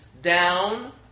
down